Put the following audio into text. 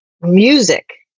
music